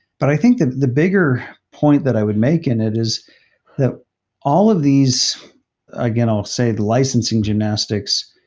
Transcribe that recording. but i think that the bigger point that i would make in it is that all of these again, i'll say the licensing gymnastics,